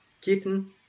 kitten